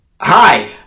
hi